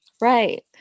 Right